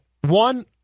one